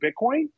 Bitcoin